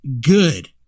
good